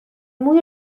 مویی